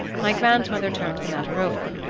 my grandmother turned the matter over,